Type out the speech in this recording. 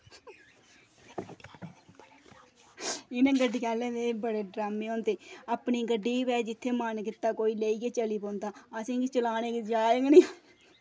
इनें गड्डियें आह्ले दे बड़े ड्रामें होंदे अपनी गड्डी होऐ तां कोई लेइयै चली पौंदा असेंगी चलाने दी जाच गै नेईं